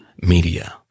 media